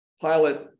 pilot